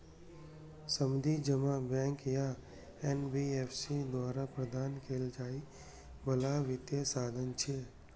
सावधि जमा बैंक या एन.बी.एफ.सी द्वारा प्रदान कैल जाइ बला वित्तीय साधन छियै